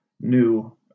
new